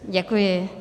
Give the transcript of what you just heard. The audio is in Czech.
Děkuji.